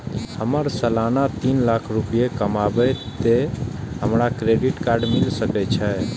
हमर सालाना तीन लाख रुपए कमाबे ते हमरा क्रेडिट कार्ड मिल सके छे?